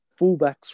fullbacks